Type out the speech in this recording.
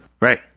right